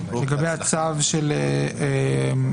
לגבי הצו של המכשירים.